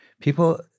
People